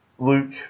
Luke